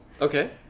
Okay